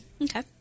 Okay